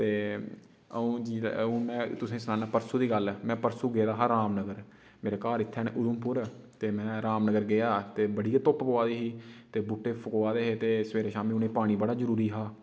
ते अ'ऊं हून में तुसेंगी सनान्ना परसों दी गल्ल ऐ में परसों गेदा हा राम नगर मेरा घर इत्थें न उधमपुर ते में राम नगर गेआ ते बड़ी गै धुप्प पोआ दी ही ते बूह्टे फकोआ ते दे हे ते सबेरे शामी उ'नें पानी बड़ा जरूरी हा